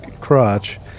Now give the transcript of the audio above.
crotch